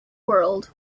world